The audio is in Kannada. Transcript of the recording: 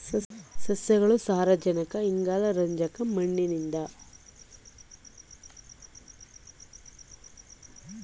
ಸಸ್ಯಗಳು ಸಾರಜನಕ ಇಂಗಾಲ ರಂಜಕ ಮಣ್ಣಿನಿಂದ ಹೀರಿಕೊಳ್ಳುತ್ತವೆ